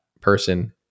person